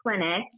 clinic